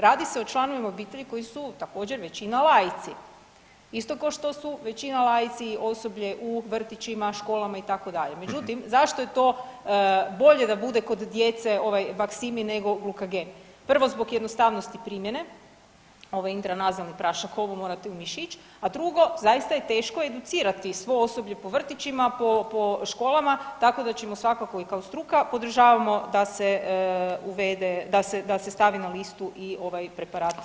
Radi se o članovima obitelji koji su također većina laici, isto ko što su većina laici osoblje u vrtićima, školama itd. međutim zašto je to bolje da bude kod djece ovaj Baksimi nego glukagon, prvo zbog jednostavnosti primjene, ovaj intranazalni prašak, ovo morate u mišić, a drugo zaista je teško educirati svo osoblje po vrtićima, po školama tako da ćemo svakako kao struka, podržavamo da se stavi na listu i ovaj preparat glukagona.